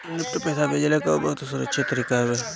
NEFT पईसा भेजला कअ बहुते सुरक्षित तरीका हवे